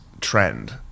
trend